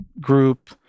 group